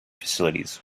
facilities